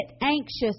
anxious